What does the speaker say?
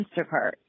Instacart